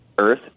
Earth